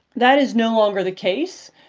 that is no longer the case.